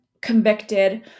convicted